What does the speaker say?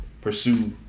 pursue